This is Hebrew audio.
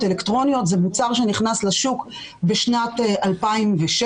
אלקטרוניות זה מוצר שנכנס לשוק בשנת 2007,